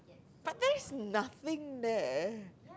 but there's nothing there